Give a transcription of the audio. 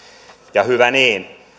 ja hyvä niin